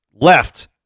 Left